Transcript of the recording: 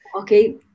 okay